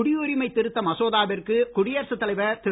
குடியுரிமை திருத்த மசோதாவிற்கு குடியரசுத் தலைவர் திரு